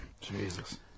Jesus